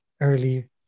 early